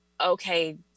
okay